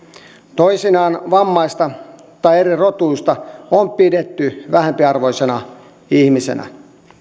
toisinaan vammaista tai erirotuista on pidetty vähempiarvoisena ihmisenä